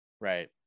Right